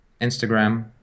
Instagram